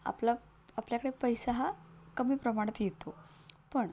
आपला आपल्याकडे पैसा हा कमी प्रमाणात येतो पण